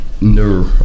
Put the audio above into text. no